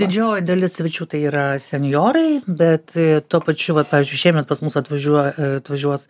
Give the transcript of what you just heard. didžioji dalis svečių tai yra senjorai bet tuo pačiu vat pavyzdžiui šiemet pas mus atvažiuoja atvažiuos